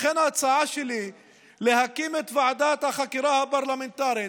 לכן ההצעה שלי היא להקים את ועדת החקירה הפרלמנטרית,